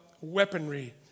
weaponry